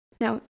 Now